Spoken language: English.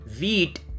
wheat